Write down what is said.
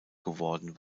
geworden